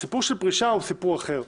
הסיפור של פרישה הוא סיפור אחר,